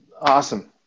awesome